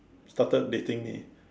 started dating me